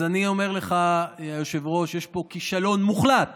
אז אני אומר לך, היושב-ראש, יש פה כישלון מוחלט